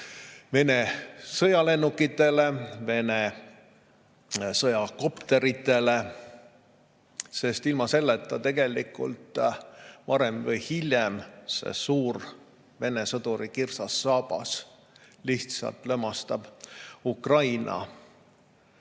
Vene sõjalennukitele, Vene sõjakopteritele, sest ilma selleta tegelikult varem või hiljem see suur Vene sõduri kirsasaabas lihtsalt lömastab Ukraina.